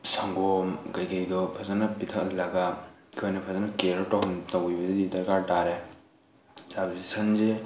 ꯁꯪꯒꯣꯝ ꯀꯩꯀꯩꯗꯣ ꯐꯖꯅ ꯄꯤꯊꯛꯍꯜꯂꯒ ꯑꯩꯈꯣꯏꯅ ꯐꯖꯅ ꯀꯦꯌꯔ ꯇꯧꯕꯤꯕꯗꯤ ꯗꯔꯀꯥꯔ ꯇꯥꯔꯦ ꯍꯥꯏꯕꯗꯤ ꯁꯟꯁꯦ